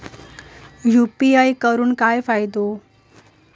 UPI करून काय फायदो?